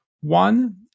One